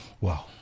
Wow